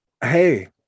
hey